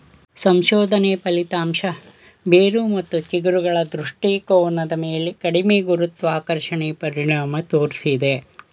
ಸಂಶೋಧನಾ ಫಲಿತಾಂಶ ಬೇರು ಮತ್ತು ಚಿಗುರುಗಳ ದೃಷ್ಟಿಕೋನದ ಮೇಲೆ ಕಡಿಮೆ ಗುರುತ್ವಾಕರ್ಷಣೆ ಪರಿಣಾಮ ತೋರ್ಸಿದೆ